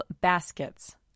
baskets